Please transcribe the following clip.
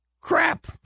crap